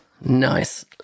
Nice